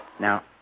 Now